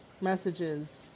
messages